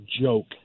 joke